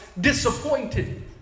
disappointed